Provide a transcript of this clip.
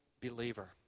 believer